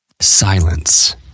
Silence